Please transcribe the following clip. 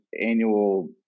annual